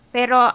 Pero